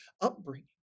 upbringing